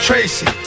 Tracy